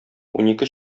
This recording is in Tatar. унике